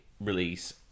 release